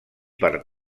per